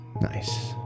nice